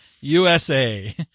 USA